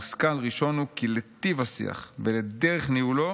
מושכל ראשון הוא כי לטיב השיח ולדרך ניהולו